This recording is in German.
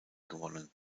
gewonnen